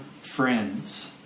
friends